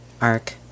arc